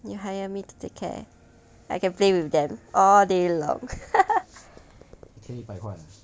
you hire me to take care I can play with them all day long